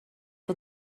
for